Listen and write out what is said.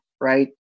right